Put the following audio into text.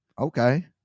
okay